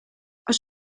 als